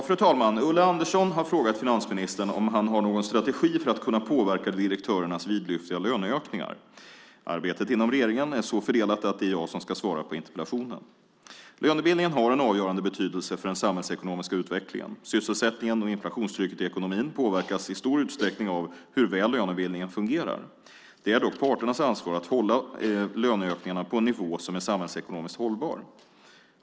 Fru talman! Ulla Andersson har frågat finansministern om han har någon strategi för att kunna påverka direktörernas vidlyftiga löneökningar. Arbetet inom regeringen är så fördelat att det är jag som ska svara på interpellationen. Lönebildningen har en avgörande betydelse för den samhällsekonomiska utvecklingen. Sysselsättningen och inflationstrycket i ekonomin påverkas i stor utsträckning av hur väl lönebildningen fungerar. Det är dock parternas ansvar att hålla löneökningarna på en nivå som är samhällsekonomiskt hållbar.